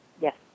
Yes